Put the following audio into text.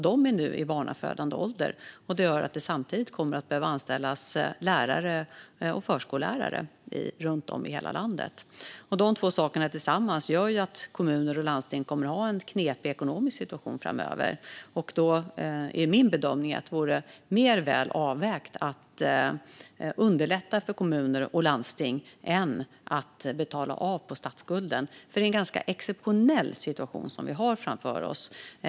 De är nu i barnafödande ålder, och det gör att man kommer att behöva anställa lärare och förskollärare runt om i hela landet. Dessa båda saker gör sammantaget att kommuner och landsting kommer att få en knepig ekonomisk situation framöver. Min bedömning är att det vore mer väl avvägt att underlätta för kommuner och landsting än att betala av på statsskulden. Vi har nämligen en exceptionell situation som ligger framför oss.